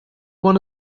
one